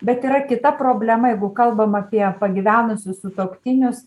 bet yra kita problema jeigu kalbam apie pagyvenusius sutuoktinius